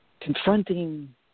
confronting